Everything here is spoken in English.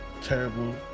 terrible